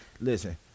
listen